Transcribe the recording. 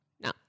No